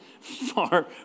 far